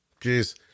Jeez